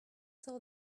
saw